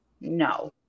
No